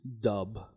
dub